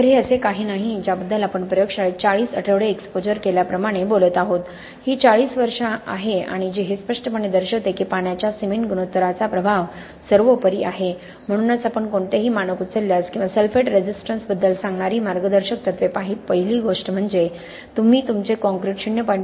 तर हे असे काही नाही ज्याबद्दल आपण प्रयोगशाळेत 40 आठवडे एक्सपोजर केल्याप्रमाणे बोलत आहोत ही 40 वर्षे आहे आणि हे स्पष्टपणे दर्शविते की पाण्याच्या सिमेंट गुणोत्तराचा प्रभाव सर्वोपरि आहे म्हणूनच आपण कोणतेही मानक उचलल्यास किंवा सल्फेट रेझिस्टन्सबद्दल सांगणारी मार्गदर्शक तत्त्वे पहिली गोष्ट म्हणजे तुम्ही तुमचे काँक्रीट 0